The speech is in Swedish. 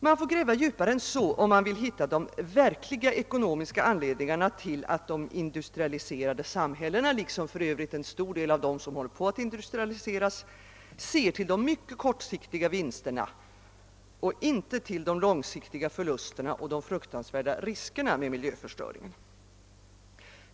Man får gräva djupare än så, om man vill hitta de verkliga ekonomiska anledningarna till att de industrialiserade samhällena — liksom en stor del av dem som just nu håller på att industrialiseras — ser till de mycket kortsiktiga vinsterna och inte till de långsiktiga förlusterna och de fruktansvärda riskerna med miljöförstöringen.